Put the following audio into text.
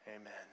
Amen